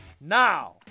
Now